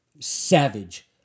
savage